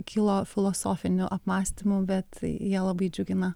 kilo filosofinių apmąstymų bet jie labai džiugina